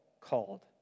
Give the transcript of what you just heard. called